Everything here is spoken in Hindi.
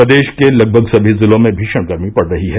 प्रदेश के लगभग सभी जिलों में भीषण गर्मी पड़ रही है